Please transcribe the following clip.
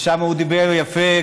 ושם הוא דיבר יפה,